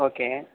okay